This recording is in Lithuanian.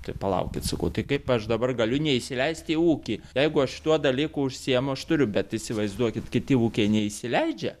tai palaukit sakau tai kaip aš dabar galiu neįsileist į ūkį jeigu aš tuo dalyku užsiimu aš turiu bet įsivaizduokit kiti ūkiai neįsileidžia